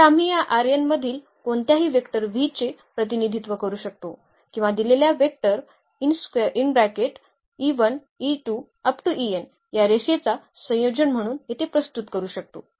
तर आम्ही या मधील कोणत्याही वेक्टर v चे प्रतिनिधित्व करू शकतो किंवा दिलेल्या वेक्टर या रेषेचा संयोजन म्हणून येथे प्रस्तुत करू शकतो